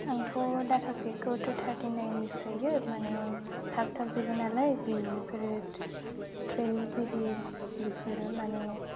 आंथ' डाटा पेकखौ two thirty नाइननि सोयो माने थाब थाब जोबो नालाय बेफोरो टुवेल्भ जिबि बेफोरो माने